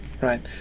right